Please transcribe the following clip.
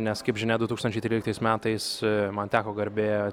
nes kaip žinia du tūkstančiai tryliktais metais man teko garbė